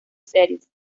series